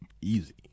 easy